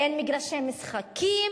אין מגרשי משחקים,